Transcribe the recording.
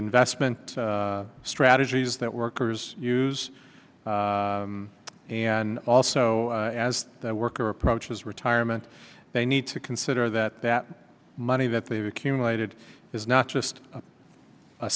investment strategies that workers use and also as worker approaches retirement they need to consider that that money that they've accumulated is not just